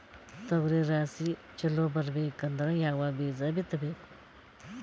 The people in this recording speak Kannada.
ತೊಗರಿ ರಾಶಿ ಚಲೋ ಬರಬೇಕಂದ್ರ ಯಾವ ಬೀಜ ಬಿತ್ತಬೇಕು?